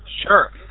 Sure